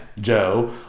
Joe